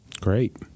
Great